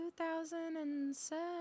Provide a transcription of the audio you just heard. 2007